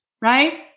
right